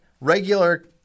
regular